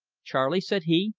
charley, said he,